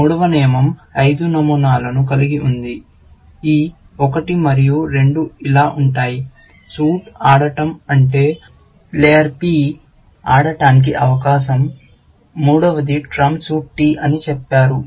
మూడవ నియమం ఐదు నమూనాలను కలిగి ఉంది ఈ ఒకటి మరియు రెండు ఇలా ఉంటాయి సూట్ ఆడటం అంటే ప్లేయర్ P ఆడటానికి అవకాశం మూడవది ట్రంప్ సూట్ t అని చెప్పారు